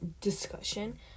discussion